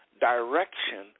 direction